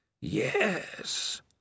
Yes